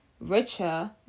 richer